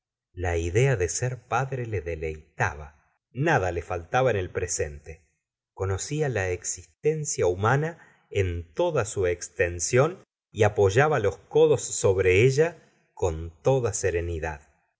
la idea de ser padre le deleitaba nada le faltaba en elpresente conocía la existencia humana en l segora de bovaxy toda su extensión y apoyaba los codos sobre ella con toda serenidad